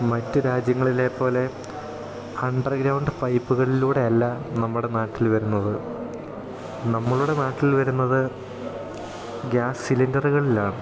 മറ്റു രാജ്യങ്ങളിലെ പോലെ അണ്ടർഗ്രൌണ്ട് പൈപ്പുകളിലൂടെ അല്ല നമ്മുടെ നാട്ടിൽ വരുന്നത് നമ്മളുടെ നാട്ടിൽ വരുന്നത് ഗ്യാസ് സിലിണ്ടറുകളിലാണ്